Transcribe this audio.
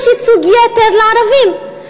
יש ייצוג יתר לערבים.